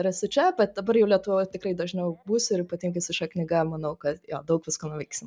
ir esu čia pat dabar jau lietuvoje tikrai dažniau būsiu ir ypatingai su šia knyga manau kad jo daug visko nuveiksim